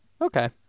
Okay